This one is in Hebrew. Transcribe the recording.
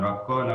מירב כהן,